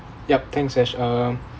yup thanks ash uh